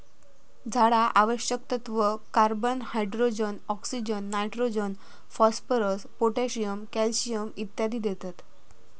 झाडा आवश्यक तत्त्व, carbon, hydrogen, oxygen, nitrogen, phosphorus, potassium, calcium इत्यादी देतत